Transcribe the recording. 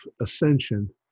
ascension